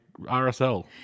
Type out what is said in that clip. RSL